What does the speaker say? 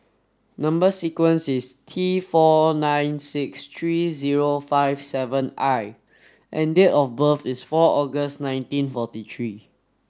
number sequence is T four nine six three zero five seven I and date of birth is four August nineteen forty three